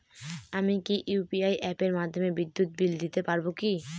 আমি কি ইউ.পি.আই অ্যাপের মাধ্যমে বিদ্যুৎ বিল দিতে পারবো কি?